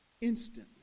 instantly